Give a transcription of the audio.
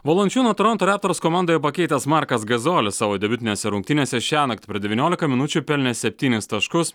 valančiūną toronto reptors komandoje pakeitęs markas gazolis savo debiutinėse rungtynėse šiąnakt per devyniolika minučių pelnė septynis taškus